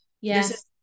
Yes